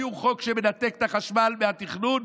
תביאו חוק שמנתק את החשמל מהתכנון,